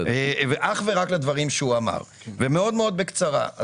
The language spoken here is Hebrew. אני מתייחס אך ורק לדברים שהוא אמר ואעשה זאת מאוד מאוד בקצרה.